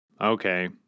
Okay